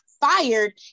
fired